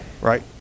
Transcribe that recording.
right